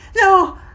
No